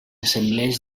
assemblees